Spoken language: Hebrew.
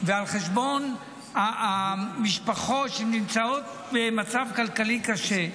ועל חשבון המשפחות שנמצאות במצב כלכלי קשה.